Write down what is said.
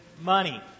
money